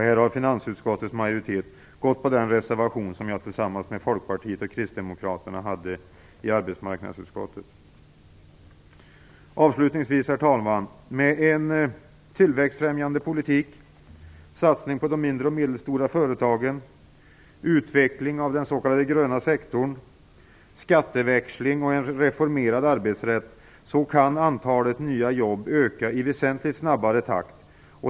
Här har finansutskottets majoritet gått på den reservation som jag tillsammans med Folkpartiet och kristdemokraterna hade i arbetsmarknadsutskottet. Avslutningsvis: Med en tillväxtbefrämjande politik, satsning på de mindre och medelstora företagen, utveckling av den s.k. gröna sektorn, skatteväxling och en reformerad arbetsrätt kan antalet nya jobb öka i väsentligt snabbare takt.